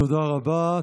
תודה רבה.